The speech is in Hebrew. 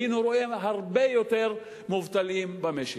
היינו רואים הרבה יותר מובטלים במשק.